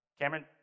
Cameron